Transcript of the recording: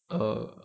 oh